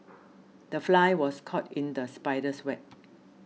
the fly was caught in the spider's web